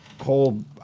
whole